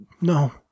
No